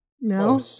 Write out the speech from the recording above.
No